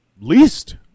Least